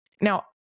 Now